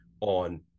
on